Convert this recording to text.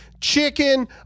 chicken